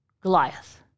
Goliath